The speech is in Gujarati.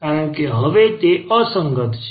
કારણ કે હવે તે અસંગત છે